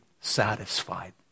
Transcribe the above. satisfied